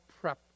prep